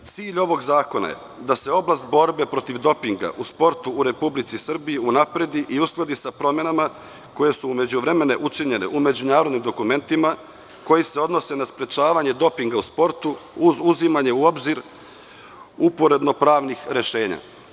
Cilj ovog zakona je da se oblast borbe protiv dopinga u sportu u Republici Srbiji unapredi i uskladi sa promenama koje su u međuvremenu učinjene u međunarodnim dokumentima koji se odnose na sprečavanje dopinga u sportu, uz uzimanje u obzir uporedno pravnih rešenja.